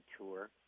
tour